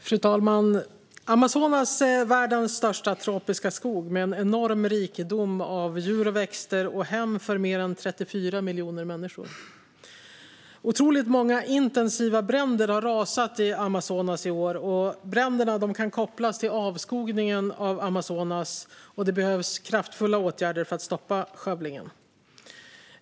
Fru talman! Amazonas är världens största tropiska skog med en enorm rikedom av djur och växter och är hem för mer än 34 miljoner människor. Otroligt många intensiva bränder har rasat i Amazonas i år. Bränderna kan kopplas till avskogningen av Amazonas, och det behöver vidtas kraftfulla åtgärder för att stoppa skövlingen.